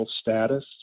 status